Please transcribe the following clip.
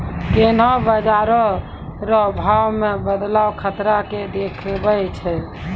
कोन्हों बाजार रो भाव मे बदलाव खतरा के देखबै छै